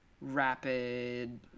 rapid